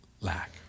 lack